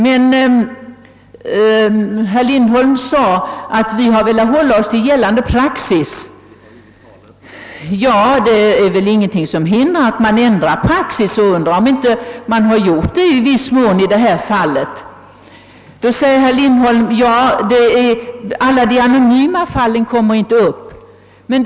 Herr Lindholm sade att utskottet velat hålla sig till gällande praxis. Men det är väl ingenting som hindrar att man ändrar praxis, och jag undrar om inte utskottet i viss mån har gjort det. Vidare framhöll herr Lindholm ati alla de anonyma fallen inte kommer upp till prövning i riksdagen.